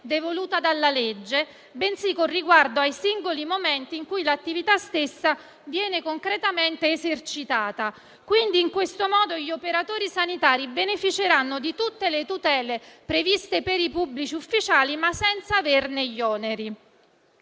devoluta dalla legge, bensì con riguardo ai singoli momenti in cui l'attività stessa viene concretamente esercitata. In questo modo, gli operatori sanitari beneficeranno di tutte le tutele previste per i pubblici ufficiali, ma senza averne gli oneri.